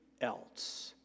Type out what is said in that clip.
else